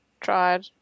tried